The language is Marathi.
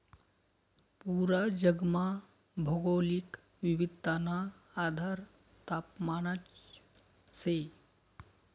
पूरा जगमा भौगोलिक विविधताना आधार तापमानच शे